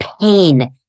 pain